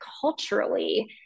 culturally